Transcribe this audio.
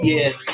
Yes